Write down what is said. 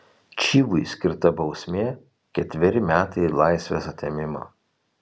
čivui skirta bausmė ketveri metai laisvės atėmimo